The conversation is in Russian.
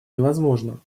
невозможно